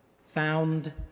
found